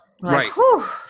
Right